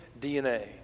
DNA